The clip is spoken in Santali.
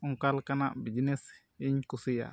ᱚᱱᱠᱟ ᱞᱮᱠᱟᱱᱟᱜ ᱵᱤᱡᱽᱱᱮᱥ ᱤᱧ ᱠᱩᱥᱤᱭᱟᱜᱼᱟ